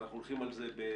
ואנחנו הולכים על זה באובר,